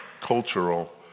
cultural